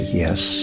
yes